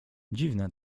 dziwne